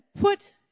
put